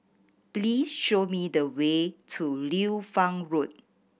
please show me the way to Liu Fang Road